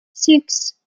six